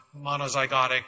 monozygotic